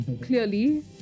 Clearly